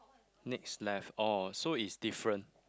next left oh so it's different